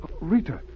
Rita